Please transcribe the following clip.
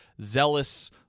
zealous